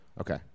Okay